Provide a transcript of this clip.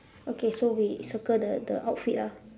okay so we circle the the outfit ah